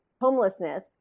homelessness